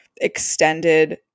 extended